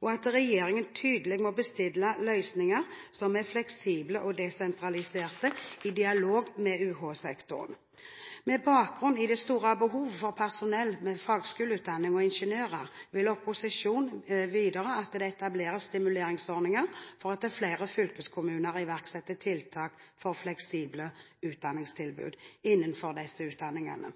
og at regjeringen tydelig må bestille løsninger som er fleksible og desentraliserte, i dialog med UH-sektoren. Med bakgrunn i det store behovet for personell med fagskoleutdanning og for ingeniører vil opposisjonen videre at det etableres stimuleringsordninger for at flere fylkeskommuner iverksetter tiltak for fleksible utdanningstilbud innenfor disse utdanningene.